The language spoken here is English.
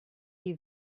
you